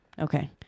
Okay